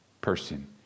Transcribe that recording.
person